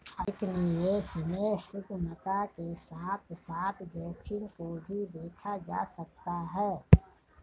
अधिक निवेश में सुगमता के साथ साथ जोखिम को भी देखा जा सकता है